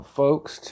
folks